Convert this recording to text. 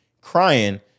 crying